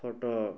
ଖଟ